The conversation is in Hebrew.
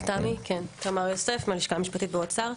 תמר יוסף, הלשכה המשפטית באוצר.